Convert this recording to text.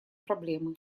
проблемы